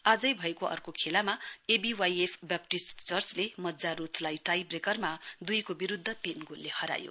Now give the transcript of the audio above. आजै भएको अर्को खेलामा एबीवाइएफ बेब्तिस चर्चले मज्जारोथलाई टाई ब्रेकरमा दुईको विरुद्ध तीन गोलले हरायो